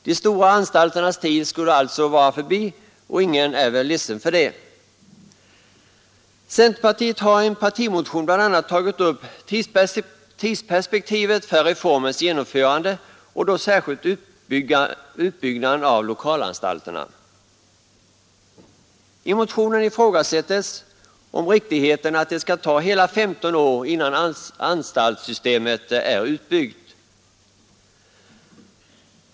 De stora anstalternas tid skulle alltså vara förbi, och ingen är väl ledsen för det. Centerpartiet har i en partimotion bl.a. tagit upp tidsperspektivet för reformens genomförande och då särskilt utbyggnaden av lokalanstalterna. I motionen ifrågasättes lämpligheten av att det skall ta hela 15 år innan anstaltssystemet är utbyggt.